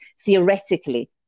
theoretically